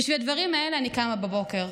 בשביל הדברים האלה אני קמה בבוקר.